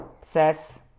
says